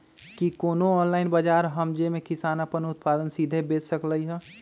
कि कोनो ऑनलाइन बाजार हइ जे में किसान अपन उत्पादन सीधे बेच सकलई ह?